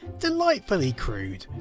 delightfully crude.